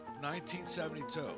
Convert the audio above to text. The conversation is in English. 1972